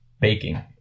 baking